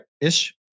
Ish